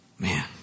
Man